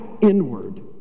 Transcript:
inward